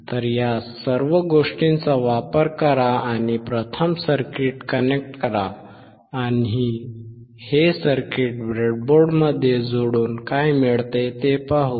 तर या सर्व गोष्टींचा वापर करा आणि प्रथम सर्किट कनेक्ट करा आणि हे सर्किट ब्रेडबोर्डमध्ये जोडून काय मिळते ते पाहू